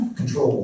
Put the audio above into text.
control